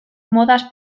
modaz